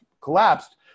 collapsed